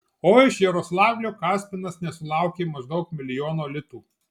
o iš jaroslavlio kaspinas nesulaukė maždaug milijono litų